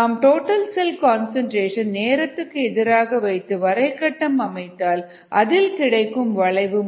நாம் total cell concentration நேரத்திற்கு எதிராக வைத்து வரை கட்டம் அமைத்தால் அதில் கிடைக்கும் வளைவு